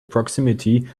proximity